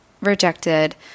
rejected